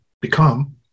become